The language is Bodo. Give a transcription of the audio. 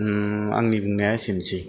आंनि बुंनाया एसेनोसै